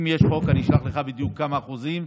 אם יש חוק, אני אשלח לך בדיוק כמה אחוזים.